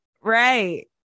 right